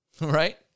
right